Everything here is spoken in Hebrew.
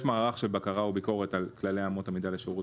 יש מערך של בקרה וביקורת על כללי אמות המידה לשירות